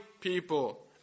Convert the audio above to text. people